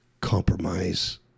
compromise